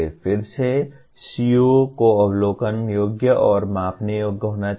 फिर से CO को अवलोकन योग्य और मापने योग्य होना चाहिए